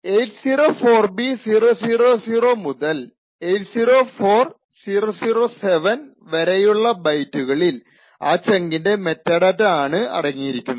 804b000 മുതൽ 804007 വരെയുള്ള ബൈറ്റുകളിൽ ആ ചങ്കിന്റെ മെറ്റാഡാറ്റ ആണ് അടങ്ങിയിരിക്കുന്നത്